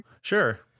Sure